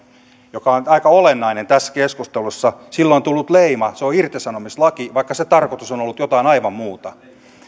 joka on aika olennainen tässä keskustelussa on tullut leima se on irtisanomislaki vaikka sen tarkoitus on ollut jotain aivan muuta